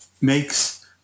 makes